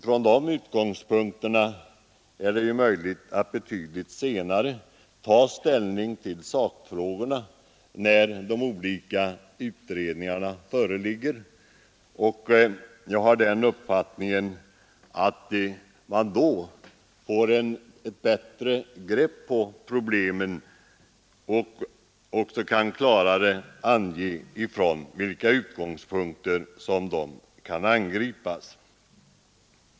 Från den utgångspunkten är det ju möjligt att ta ställning till sakfrågorna betydligt senare, när de olika utredningarna föreligger. Jag har den uppfattningen att man då får ett bättre grepp om problemen och klarare kan ange hur de bör angripas.